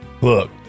Look